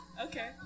Okay